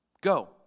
Go